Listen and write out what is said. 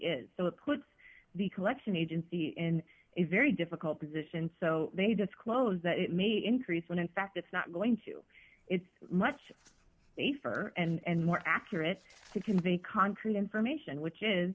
is so it puts the collection agency in a very difficult position so they disclose that it may increase when in fact it's not going to it's much safer and more accurate to convey concrete information which is